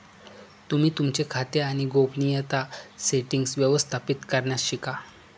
तुम्ही तुमचे खाते आणि गोपनीयता सेटीन्ग्स व्यवस्थापित करण्यास शिका